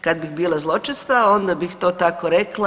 Kad bih bila zločesta, onda bih to tako rekla.